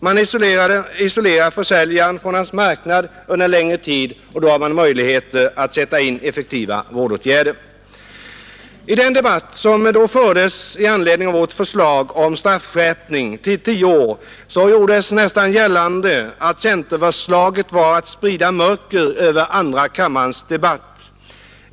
Man isolerar försäljaren från hans marknad under en längre tid och kan då sätta in effektiva vårdåtgärder. I den debatt som då fördes i anledning av vårt förslag om straffskärpning till tio år gjordes nästan gällande att centerförslaget var att sprida mörker över andra kammarens debatt.